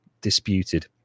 disputed